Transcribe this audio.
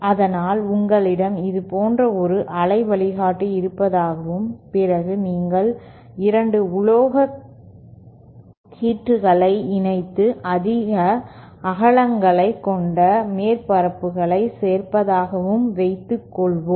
அதனால் உங்களிடம் இது போன்ற ஒரு அலை வழிகாட்டி இருப்பதாகவும் பிறகு நீங்கள் 2 உலோக கீற்றுகளை இணைத்து அதிக அகலங்களைக் கொண்ட மேற்பரப்புகளை சேர்ப்பதாகவும் வைத்துக்கொள்வோம்